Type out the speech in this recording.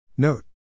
Note